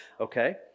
okay